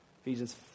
Ephesians